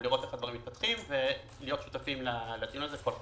לראות איך הדברים מתפתחים ולהיות שותפים לדיון הזה.